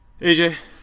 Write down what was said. AJ